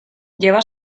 lleva